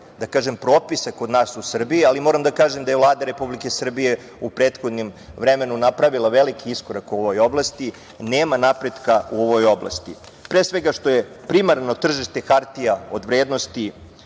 da kažem propisa kod nas u Srbiji, ali moram da kažem da je Vlada Republike Srbije u prethodnom vremenu napravila veliki iskorak u ovoj oblasti, nema napretka u ovoj oblasti, pre svega što je primarno tržište hartija od vrednosti